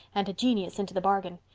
and a genius into the bargain.